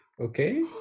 Okay